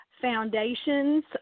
foundations